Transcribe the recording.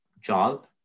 job